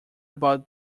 about